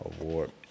award